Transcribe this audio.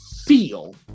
Feel